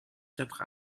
quatre